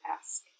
ask